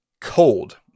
cold